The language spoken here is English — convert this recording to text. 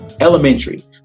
Elementary